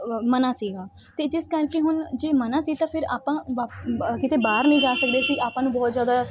ਮਨ੍ਹਾ ਸੀਗਾ ਅਤੇ ਜਿਸ ਕਰਕੇ ਹੁਣ ਜੇ ਮਨ੍ਹਾ ਸੀ ਤਾਂ ਫਿਰ ਆਪਾਂ ਕਿਤੇ ਬਾਹਰ ਨਹੀਂ ਜਾ ਸਕਦੇ ਸੀ ਆਪਾਂ ਨੂੰ ਬਹੁਤ ਜ਼ਿਆਦਾ